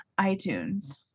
iTunes